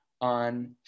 on